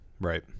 right